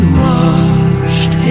washed